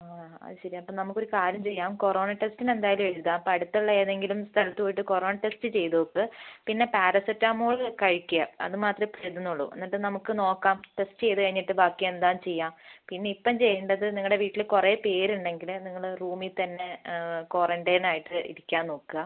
ആ അതുശരി അപ്പം നമുക്കൊരു കാര്യം ചെയ്യാം കൊറോണ ടെസ്റ്റിന് എന്തായാലും എഴുതാം അപ്പം അടുത്തുള്ള ഏതെങ്കിലും സ്ഥലത്ത് പോയിട്ട് കൊറോണ ടെസ്റ്റ് ചെയ്ത് നോക്ക് പിന്നെ പാരസിറ്റമോൾ കഴിക്കുക അതുമാത്രമെ ഇപ്പം എഴുതുന്നുള്ളൂ എന്നിട്ട് നമുക്ക് നോക്കാം ടെസ്റ്റ് ചെയ്ത് കഴിഞ്ഞിട്ട് ബാക്കി എന്താന്ന് ചെയ്യുക പിന്നെ ഇപ്പം ചെയ്യണ്ടത് നിങ്ങളുടെ വീട്ടിൽ കുറെ പേരുണ്ടെങ്കില് നിങ്ങള് റൂമിൽ തന്നെ ക്വാറൻറ്റയിനായിട്ട് ഇരിക്കാൻ നോക്കുക